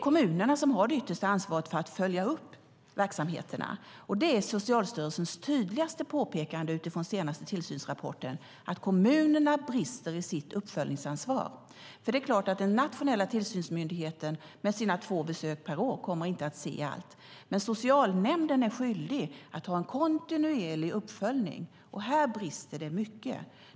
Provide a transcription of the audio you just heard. Kommunerna har det yttersta ansvaret för att följa upp verksamheterna. Socialstyrelsens tydligaste påpekande utifrån senaste tillsynsrapporten är att kommunerna brister i sitt uppföljningsansvar. Den nationella tillsynsmyndigheten med sina två besök per år kommer inte att se allt. Socialnämnden är skyldig att ha en kontinuerlig uppföljning, och här brister det mycket.